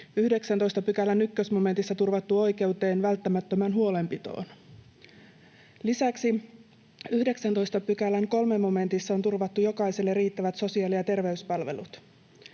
19 §:n 1 momentissa turvattu oikeus välttämättömään huolenpitoon. Lisäksi 19 §:n 3 momentissa on turvattu jokaiselle riittävät sosiaali- ja terveyspalvelut.